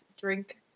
drink